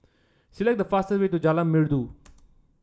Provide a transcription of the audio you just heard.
select the fast way to Jalan Merdu